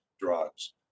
drugs